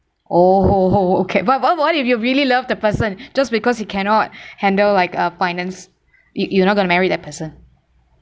okay but what what if you really love the person just because he cannot handle like uh finance you you're not gonna marry that person